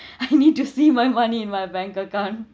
I need to see my money in my bank account